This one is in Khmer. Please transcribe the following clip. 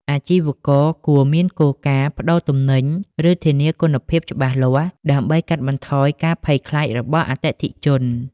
អាជីវករគួរមានគោលការណ៍ ប្ដូរទំនិញ ឬធានាគុណភាព ច្បាស់លាស់ ដើម្បីកាត់បន្ថយការភ័យខ្លាចរបស់អតិថិជន។